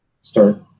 start